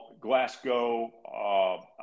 Glasgow